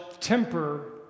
temper